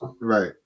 Right